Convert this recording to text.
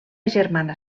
germana